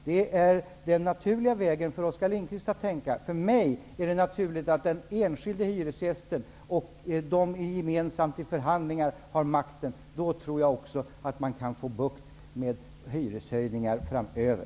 Det vore den naturliga vägen för Oskar Lindkvist. För mig är det naturligt att de enskilda hyresgästerna gemensamt i förhandlingar har makten. Då torde man få bukt med hyreshöjningarna framöver.